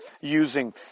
using